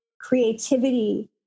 creativity